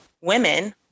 women